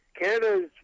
Canada's